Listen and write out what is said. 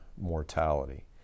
mortality